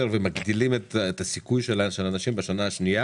ומגדילים את הסיכוי של אנשים בשנה השנייה